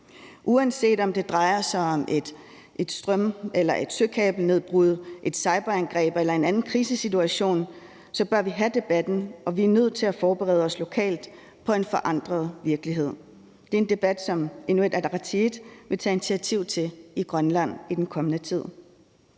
Uanset om det drejer sig om et strøm- eller et søkabelnedbrud, et cyberangreb eller en anden krisesituation, bør vi have debatten, og vi er nødt til at forberede os lokalt på en forandret virkelighed. Det er en debat, som Inuit Ataqatigiit vil tage initiativ til i Grønland i den kommende tid.